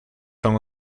son